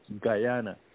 Guyana